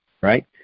right